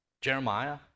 Jeremiah